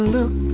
Look